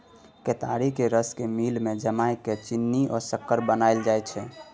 केतारीक रस केँ मिल मे जमाए केँ चीन्नी या सक्कर बनाएल जाइ छै